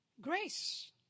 Grace